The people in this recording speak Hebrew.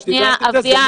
ואת יודעת את זה,